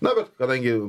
na bet kadangi